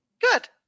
Good